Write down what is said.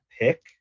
pick